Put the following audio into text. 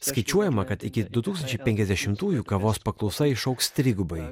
skaičiuojama kad iki du tūkstančiai penkiasdešimtųjų kavos paklausa išaugs trigubai